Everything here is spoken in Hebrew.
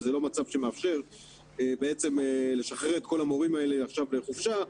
וזה לא מצב שמאפשר בעצם לשחרר את כל המורים האלה עכשיו לחופשה,